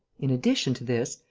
in addition to this,